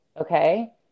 Okay